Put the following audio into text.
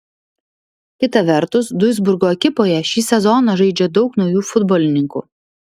kita vertus duisburgo ekipoje šį sezoną žaidžia daug naujų futbolininkų